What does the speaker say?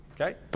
okay